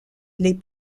les